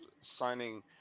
signing